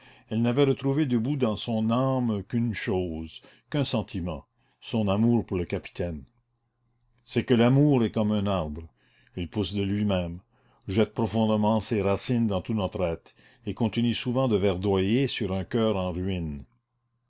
elle n'avait retrouvé debout dans son âme qu'une chose qu'un sentiment son amour pour le capitaine c'est que l'amour est comme un arbre il pousse de lui-même jette profondément ses racines dans tout notre être et continue souvent de verdoyer sur un coeur en ruines